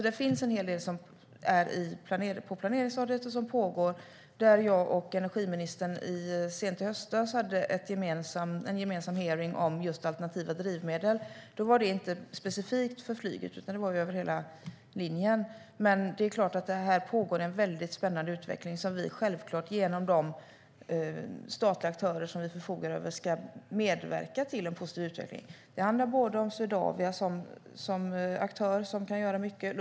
Det finns en hel del på planeringsstadiet. Jag och energiministern hade sent i höstas en gemensam hearing om alternativa drivmedel. Den gällde inte specifikt flyget utan gällde över hela linjen. Här pågår en spännande utveckling där vi självklart med hjälp av de statliga aktörer som vi förfogar över ska medverka till en positiv utveckling. Det handlar om Swedavia, som kan göra mycket.